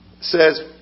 says